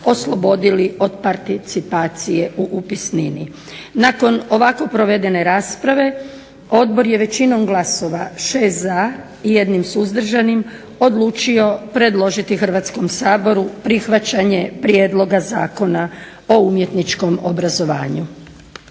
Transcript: oslobodili od participacije u upisnini. Nakon ovako provedene rasprave odbor je većinom glasova 6 za i 1 suzdržanim odlučio predložiti Hrvatskom saboru prihvaćanje prijedloga Zakona o umjetničkom obrazovanju.